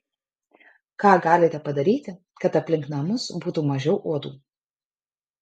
ką galite padaryti kad aplink namus būtų mažiau uodų